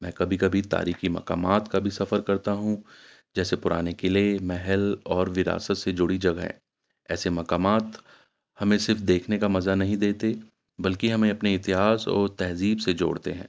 میں کبھی کبھی تاریخی مقامات کا بھی سفر کرتا ہوں جیسے پرانے قلعے محل اور وراثت سے جڑی جگہیں ایسے مقامات ہمیں صرف دیکھنے کا مزہ نہیں دیتے بلکہ ہمیں اپنے اتہاس اور تہذیب سے جوڑتے ہیں